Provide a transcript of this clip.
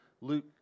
Luke